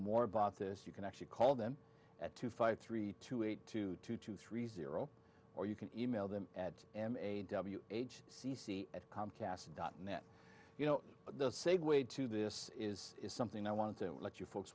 more about this you can actually call them at two five three two eight two two two three zero or you can e mail them at a w h c c at comcast dot net you know the save way to this is something i wanted to let you folks